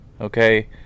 okay